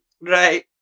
Right